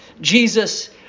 Jesus